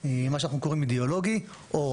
מה שאנחנו קוראים אידיאולוגי, או